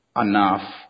enough